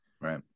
right